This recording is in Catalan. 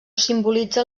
simbolitza